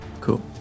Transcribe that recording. Cool